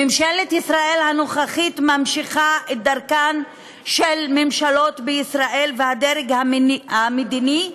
ממשלת ישראל הנוכחית ממשיכה את דרכן של ממשלות בישראל ושל הדרג המדיני,